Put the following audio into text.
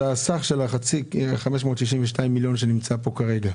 אם כן, ה-562 מיליון שקלים שמופיעים כאן כרגע,